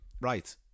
right